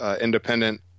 independent